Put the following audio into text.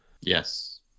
Yes